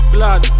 Blood